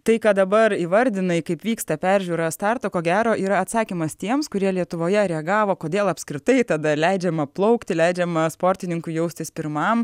tai ką dabar įvardinai kaip vyksta peržiūra starto ko gero yra atsakymas tiems kurie lietuvoje reagavo kodėl apskritai tada leidžiama plaukti leidžiama sportininkui jaustis pirmam